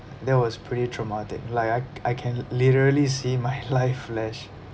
that was pretty traumatic like I c~ I can literally see my life flashed